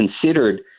considered